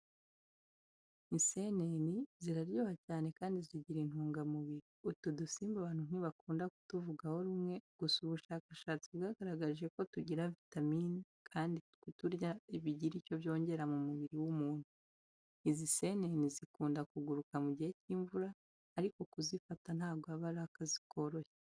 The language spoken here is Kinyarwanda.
Inseneni ziraryoha cyane kandi zigira intungamubiri. Utu dusimba abantu ntibakunda kutuvugaho rumwe gusa ubushakashatsi bwagaragaje ko tugira vitamini kandi kuturya bigira icyo byongera mu mubiri w'umuntu. Izi nseneni zikunda kuguruka mu gihe cy'imvura ariko kuzifata ntabwo aba ari akazi koroshye.